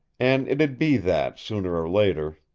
and it'd be that, sooner or later.